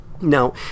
now